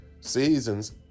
seasons